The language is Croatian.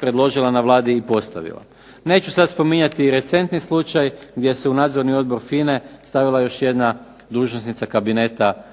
predložila na Vladi i postavila. Neću sad spominjati i recentni slučaj gdje se u nadzorni odbor FINA-e stavila još jedna dužnosnica kabineta